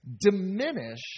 diminish